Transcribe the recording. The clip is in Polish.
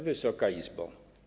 Wysoka Izbo!